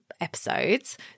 episodes